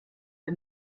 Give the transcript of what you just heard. der